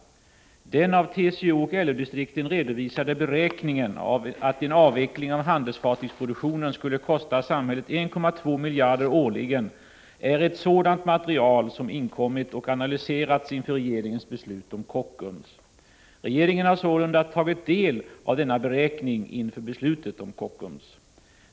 Den av LO och TCO-distrikten redovisade beräkningen att en avveckling av handelsfartygsproduktionen skulle kosta samhället 1,2 miljarder årligen är ett sådant material som inkommit och analyserats inför regeringens beslut om Kockums. Regeringen har sålunda tagit del av denna beräkning inför beslutet om Kockums.